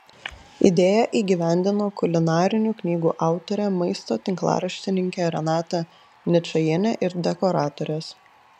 idėją įgyvendino kulinarinių knygų autorė maisto tinklaraštininkė renata ničajienė ir dekoratorės